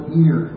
ear